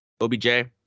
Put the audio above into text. OBJ